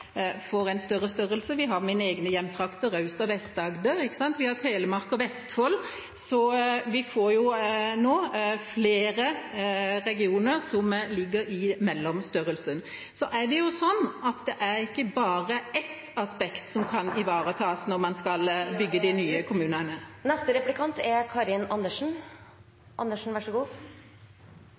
og blir større, vi har mine egne hjemtrakter, Aust- og Vest-Agder, vi har Telemark og Vestfold, så vi får nå flere regioner som ligger i mellomstørrelsen. Så er det ikke bare ett aspekt som kan ivaretas når man skal bygge de nye kommunene. Et godt prinsipp når man skal organisere noe, bør være at man vet hva man skal bruke det til. Det som er